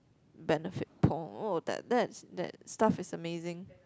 benefit oh that that's that's stuff is amazing